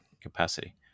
capacity